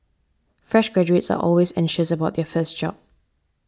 fresh graduates are always anxious about their first job